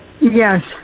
Yes